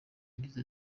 yagize